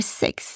six